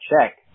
check